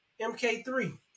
MK3